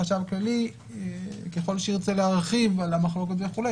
החשב הכללי ככל שירצה להרחיב על המחלוקות וכולי,